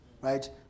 Right